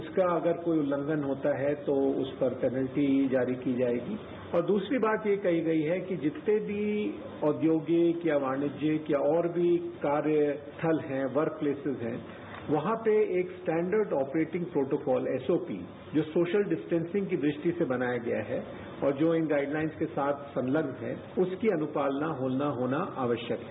उसका अगर कोई उल्लंघन होता है तो उस पर पेनल्टी जारी की जाएगी और दूसरी बात ये कही गई है कि जितने भी औद्योगिक या वाणिज्यिक या और भी कार्य स्थल है वर्क प्लेसेज है वहां पर एक स्ट्रेंडर्ड ऑपरेटिंग प्रोटोकॉल एसओपी जो सोशल डिस्टेंसिंग की दृष्टि से बनाया गया है और जो इन गाइडलाइन्स के साथ संलग्न है उसकी अनुपालना होना आवश्यक है